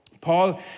Paul